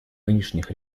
нынешних